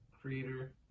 creator